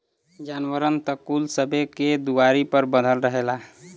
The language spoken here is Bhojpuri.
जानवरन त कुल सबे के दुआरी पर बँधल रहेला